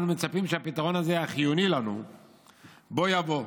אנו מצפים שהפתרון הזה החיוני לנו בוא יבוא.